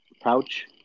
pouch